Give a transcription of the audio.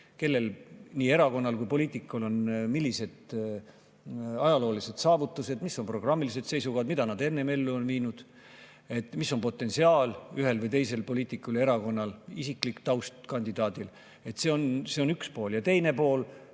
kellel – nii erakonnal kui ka poliitikul – on millised ajaloolised saavutused, mis on programmilised seisukohad, mida nad enne on ellu viinud, mis on potentsiaal ühel või teisel poliitikul ja erakonnal, isiklik taust kandidaadil. See on üks pool. Ja teine pool